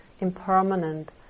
impermanent